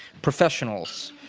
professionals.